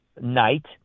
night